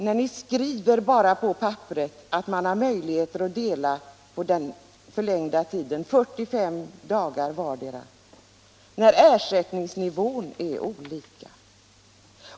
På papperet innebär det visserligen att man har möjligheter att dela upp den förlängda tiden med 45 dagar på vardera föräldern, men man skall inte glömma bort att ersättningsnivån är olika.